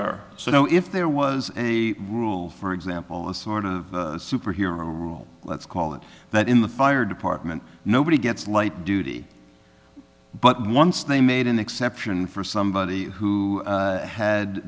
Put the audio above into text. her so if there was a rule for example a sort of superhero let's call it that in the fire department nobody gets light duty but once they made an exception for somebody who